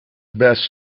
best